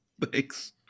Thanks